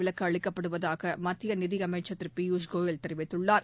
விலக்கு அளிக்கப்படுவதாக மத்திய நிதியமைச்சர் திரு பியூஷ் கோயல் தெரிவித்துள்ளார்